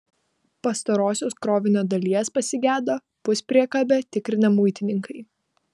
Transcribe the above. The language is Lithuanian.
pastarosios krovinio dalies pasigedo puspriekabę tikrinę muitininkai